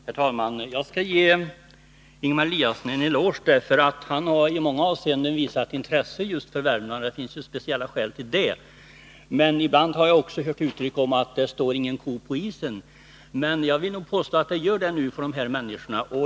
Herr talman! Jag skall ge Ingemar Eliasson en eloge för att han i många avseenden har visat intresse just för Värmland, och det finns ju speciella skäl till det. Men ibland har jag från honom också hört uttryck innebärande att det inte står någon ko på isen. Jag vill nog påstå att det gör det nu för de här människorna.